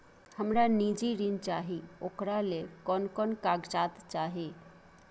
हमरा निजी ऋण चाही ओकरा ले कोन कोन कागजात चाही?